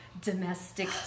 domestic